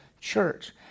church